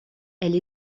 elle